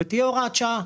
ותהיה הוראת שעה,